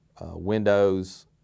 windows